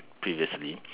previously